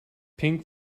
pink